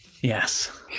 Yes